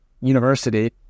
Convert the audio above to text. University